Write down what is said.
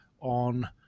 on